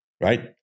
right